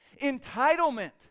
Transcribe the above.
entitlement